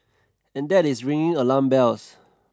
and that is ringing alarm bells